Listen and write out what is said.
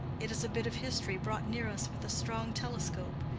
it is a bit of history brought near us with a strong telescope.